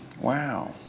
Wow